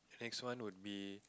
next one would be